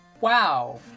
Wow